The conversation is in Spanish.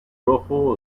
rojo